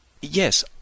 Yes